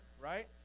right